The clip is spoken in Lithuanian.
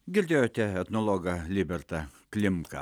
girdėjote etnologą libertą klimką